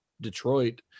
Detroit